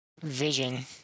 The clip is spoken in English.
vision